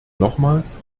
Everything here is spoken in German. nochmals